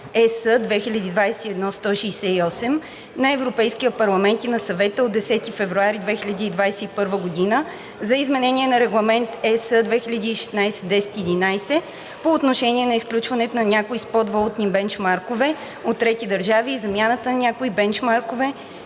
(ЕС) 2021/168 на Европейския парламент и на Съвета от 10 февруари 2021 г. за изменение на Регламент (ЕС) 2016/1011 по отношение на изключването на някои спот валутни бенчмаркове от трети държави и замяната на някои бенчмаркове,